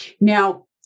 Now